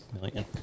million